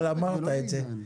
כבר אמרת את זה.